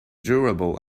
durable